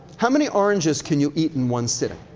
how many oranges can you eat in one sitting?